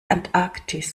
antarktis